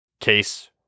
Case